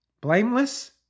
Blameless